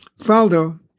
Faldo